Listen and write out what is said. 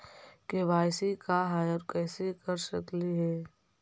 KYC का है, और कैसे कर सकली हे?